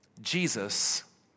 Jesus